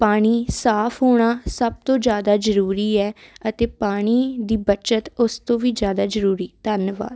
ਪਾਣੀ ਸਾਫ ਹੋਣਾ ਸਭ ਤੋਂ ਜਿਆਦਾ ਜਰੂਰੀ ਹੈ ਅਤੇ ਪਾਣੀ ਦੀ ਬਚਤ ਉਸ ਤੋਂ ਵੀ ਜਿਆਦਾ ਜਰੂਰੀ ਧੰਨਵਾਦ